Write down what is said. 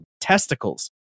testicles